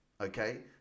Okay